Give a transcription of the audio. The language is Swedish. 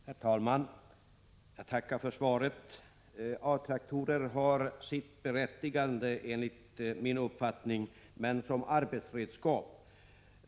Herr talman! Jag tackar för svaret. A-traktorer har sitt berättigande enligt min uppfattning, men som arbetsredskap.